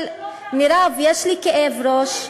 מירב, יש לי כאב ראש.